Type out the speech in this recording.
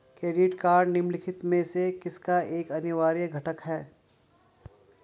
Credit card निम्नलिखित में से किसका एक अनिवार्य घटक है?